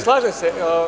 Slažem se.